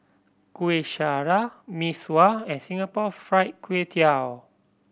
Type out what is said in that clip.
Kuih Syara Mee Sua and Singapore Fried Kway Tiao